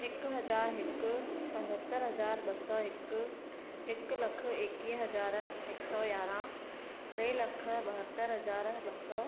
हिकु हज़ार हिकु पंजहतरि हज़ार ॿ सौ हिकु हिकु लखु एकवीह हज़ार हिकु सौ यारहं टे लख ॿाहतरि हज़ार ॿ सौ